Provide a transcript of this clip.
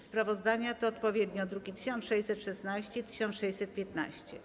Sprawozdania to odpowiednio druki nr 1616 i 1615.